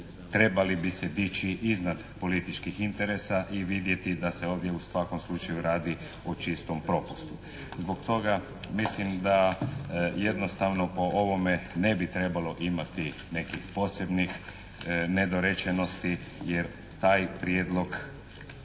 trebali bi se dići iznad političkih interesa i vidjeti da se ovdje u svakom slučaju radi o čistom propustu. Zbog toga mislim da jednostavno po ovome ne bi trebalo imati nekih posebnih nedorečenosti jer taj Prijedlog